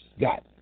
got